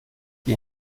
die